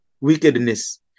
wickedness